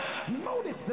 Notice